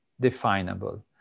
definable